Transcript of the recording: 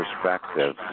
perspective